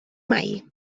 mai